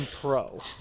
pro